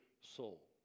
soul